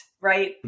right